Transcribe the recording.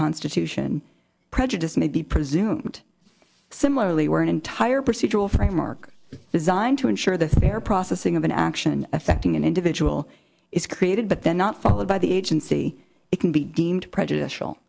constitution prejudice may be presumed similarly were an entire procedural framework designed to ensure the theor processing of an action affecting an individual is created but then not followed by the agency it can be deemed prejudicial